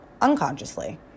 unconsciously